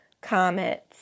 comets